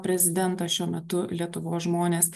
prezidentą šiuo metu lietuvos žmonės